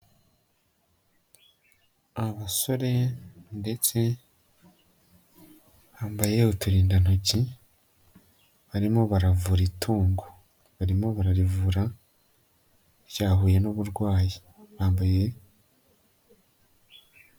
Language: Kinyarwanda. Abasore ndetse bambaye uturindantoki, barimo baravura itungo, barimo bararivura ryahuye n'uburwayi.